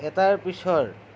এটাৰ পিছৰ